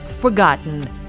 forgotten